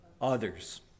others